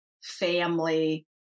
family